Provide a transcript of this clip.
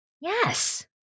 Yes